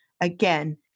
Again